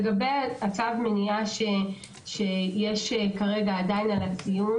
לגבי צו המניעה שעדיין יש כרגע על הציון